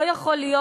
לא יכול להיות,